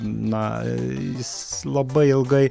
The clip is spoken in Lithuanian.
na jis labai ilgai